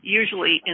usually